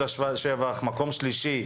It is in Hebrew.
מחר הוא יום חגיגה לספורט הישראלי.